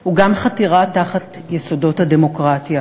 הוא גם חתירה תחת יסודות הדמוקרטיה.